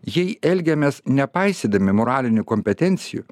jei elgiamės nepaisydami moralinių kompetencijų